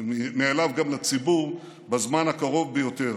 ומאליו גם לציבור, בזמן הקרוב ביותר.